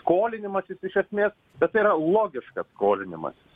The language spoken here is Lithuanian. skolinimasis iš esmės bet tai yra logiškas skolinimas